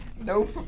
Nope